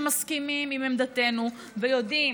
שהם מסכימים עם עמדתנו ויודעים